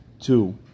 two